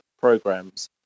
programs